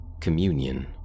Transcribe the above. Communion